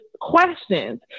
questions